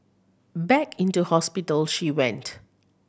back into hospital she went